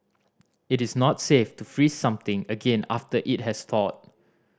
it is not safe to freeze something again after it has thawed